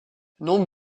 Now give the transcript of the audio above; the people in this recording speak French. nombre